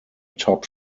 top